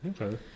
Okay